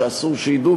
שאסור שידעו,